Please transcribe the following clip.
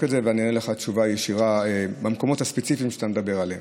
את זה ואענה לך תשובה ישירה על המקומות הספציפיים שאתה מדבר עליהם.